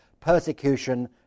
persecution